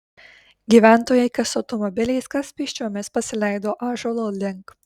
gyventojai kas automobiliais kas pėsčiomis pasileido ąžuolo link